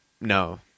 No